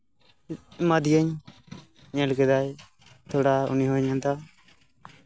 ᱮᱢᱟᱫᱤᱭᱟᱹᱧ ᱧᱮᱞ ᱠᱮᱫᱟᱭ ᱛᱷᱚᱲᱟ ᱩᱱᱤ ᱦᱚᱸᱭ ᱢᱮᱱᱮᱫᱟ